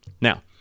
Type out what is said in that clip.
Now